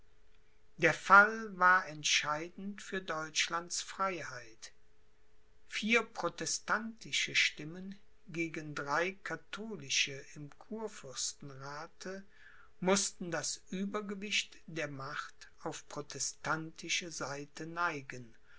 der fall war entscheidend für deutschlands freiheit vier protestantische stimmen gegen drei katholische im kurfürstenrathe mußten das uebergewicht der macht auf protestantische seite neigen